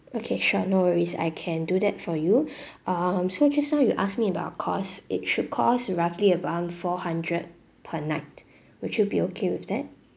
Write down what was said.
okay sure no worries I can do that for you um so just now you ask me about cost it should cost roughly around four hundred per night would you be okay with that